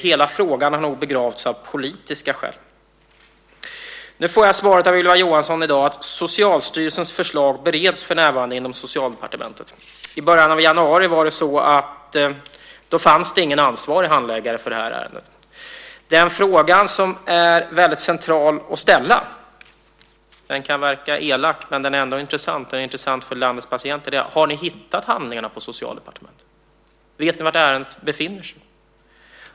Hela frågan har nog begravts av politiska skäl. Nu får jag svaret av Ylva Johansson i dag att Socialstyrelsens förslag för närvarande bereds inom Socialdepartementet. I början av januari fanns det ingen ansvarig handläggare för det här ärendet. Den fråga som är väldigt central att ställa - den kan verka elak men är ändå intressant för landets patienter - är: Har ni hittat handlingarna på Socialdepartementet? Vet ni var ärendet befinner sig?